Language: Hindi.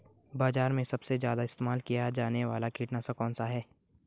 बाज़ार में सबसे ज़्यादा इस्तेमाल किया जाने वाला कीटनाशक कौनसा है?